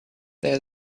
there